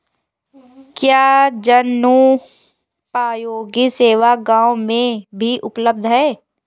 क्या जनोपयोगी सेवा गाँव में भी उपलब्ध है?